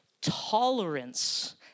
Tolerance